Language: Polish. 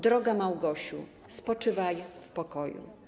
Droga Małgosiu, spoczywaj w pokoju.